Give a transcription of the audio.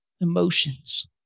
emotions